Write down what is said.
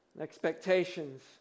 expectations